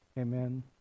Amen